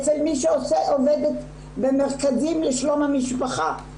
אצל מי שעובדת במרכזים לשלום המשפחה.